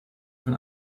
von